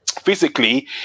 physically